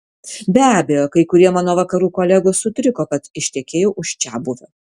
be abejo kai kurie mano vakarų kolegos sutriko kad ištekėjau už čiabuvio